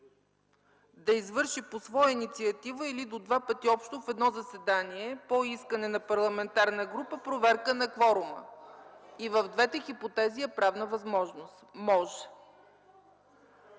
да извърши по своя инициатива или до два пъти общо в едно заседание по искане на парламентарна група проверка на кворума. И в двете хипотези е правна възможност – може.